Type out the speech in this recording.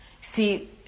see